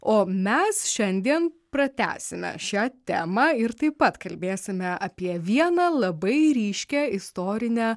o mes šiandien pratęsime šią temą ir taip pat kalbėsime apie vieną labai ryškią istorinę